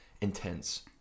intense